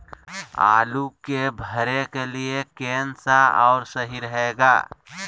आलू के भरे के लिए केन सा और सही रहेगा?